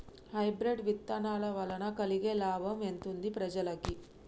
Hybrid విత్తనాల వలన కలిగే లాభం ఎంతుంది ప్రజలకి?